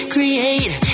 Create